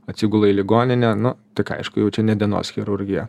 atsigula į ligoninę nu tik aišku jau čia ne dienos chirurgija